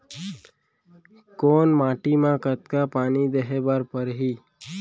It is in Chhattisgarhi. कोन माटी म कतका पानी देहे बर परहि?